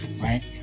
Right